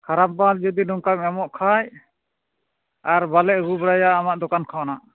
ᱠᱷᱟᱨᱟᱯ ᱢᱟᱞ ᱡᱩᱫᱤ ᱱᱚᱝᱠᱟᱢ ᱮᱢᱚᱜ ᱠᱷᱟᱡ ᱟᱨ ᱵᱟᱞᱮ ᱟᱹᱜᱩ ᱵᱟᱲᱟᱭᱟ ᱟᱢᱟᱜ ᱫᱚᱠᱟᱱ ᱠᱷᱚᱱᱟᱜ